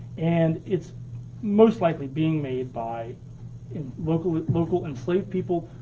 and it's most likely being made by and local local enslaved people,